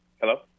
Hello